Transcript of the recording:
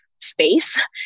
space